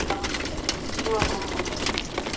অঁ অঁ হ'ব